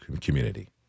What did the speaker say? community